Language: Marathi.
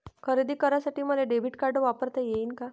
खरेदी करासाठी मले डेबिट कार्ड वापरता येईन का?